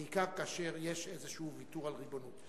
בעיקר כאשר יש איזה ויתור על ריבונות.